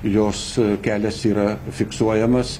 jos kelias yra fiksuojamas